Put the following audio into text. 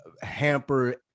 hamper